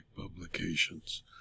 publications